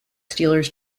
steelers